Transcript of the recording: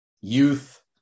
youth